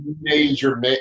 major